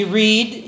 read